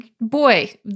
boy –